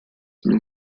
been